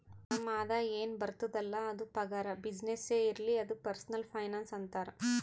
ನಮ್ ಆದಾಯ ಎನ್ ಬರ್ತುದ್ ಅಲ್ಲ ಅದು ಪಗಾರ, ಬಿಸಿನ್ನೆಸ್ನೇ ಇರ್ಲಿ ಅದು ಪರ್ಸನಲ್ ಫೈನಾನ್ಸ್ ಅಂತಾರ್